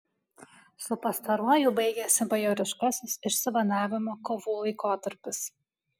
su pastaruoju baigėsi bajoriškasis išsivadavimo kovų laikotarpis